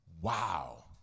Wow